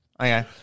Okay